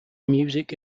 music